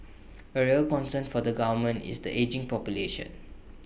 A real concern for the government is the ageing population